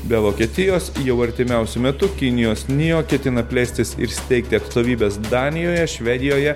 be vokietijos jau artimiausiu metu kinijos nijo ketina plėstis ir steigti atstovybes danijoje švedijoje